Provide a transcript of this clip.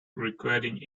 requiring